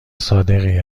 صادقی